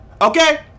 Okay